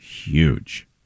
huge